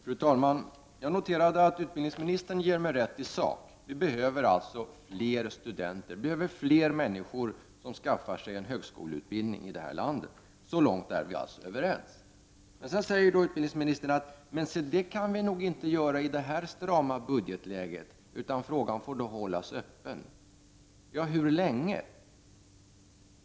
Fru talman! Jag noterade att utbildningsministern gav mig rätt i sak. Vi behöver alltså fler studenter; vi behöver här i landet fler människor som skaf far sig en högskoleutbildning — så långt är vi alltså överens. Men sedan sade utbildningsministern: att vi inte kan vidta några åtgärder för att åstadkomma det i det här läget, som kräver en stram budget, utan frågan får då hållas öppen. Ja, hur länge?